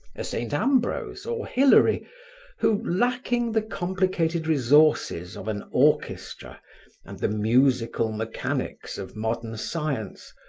a saint ambrose or hilary who, lacking the complicated resources of an orchestra and the musical mechanics of modern science,